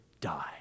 die